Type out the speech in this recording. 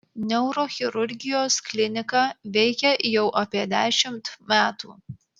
neurochirurgijos klinika veikia jau apie dešimt metų